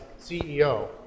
CEO